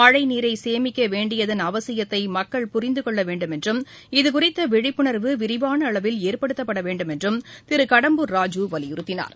மழைநீரைசேமிக்கவேண்டியதன் அவசியத்தைமக்கள் புரிந்துகொள்ளவேண்டும் என்றும் இது குறித்தவிழிப்புணர்வு விரிவானஅளவில் ஏற்படுத்தப்படவேண்டும் என்றும் திருகடம்பூர் ராஜூ வலியுறுத்தினார்